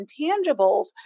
intangibles